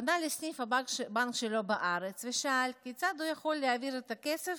פנה לסניף הבנק שלו בארץ ושאל כיצד הוא יכול להעביר את הכסף